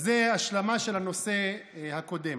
אז זו השלמה של הנושא הקודם.